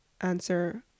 answer